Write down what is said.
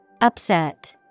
Upset